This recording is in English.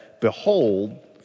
Behold